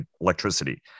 electricity